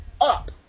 up